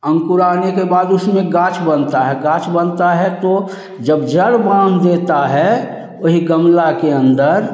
अंकुरा आने के बाद उसमें गाछ बनता है गाछ बनता है तो जब जड़ बांध देता है वही गमला के अंदर